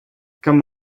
come